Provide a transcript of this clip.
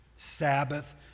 sabbath